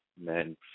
men